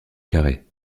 carrés